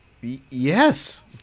Yes